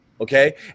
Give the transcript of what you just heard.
okay